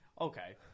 Okay